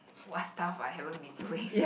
what's stuff I haven't been doing